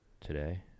Today